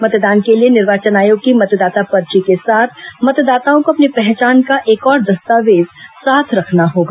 मतदान के लिए निर्वाचन आयोग की मतदाता पर्ची के साथ मतदाताओं को अपनी पहचान का एक और दस्तावेज साथ रखना होगा